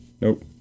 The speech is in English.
nope